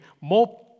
more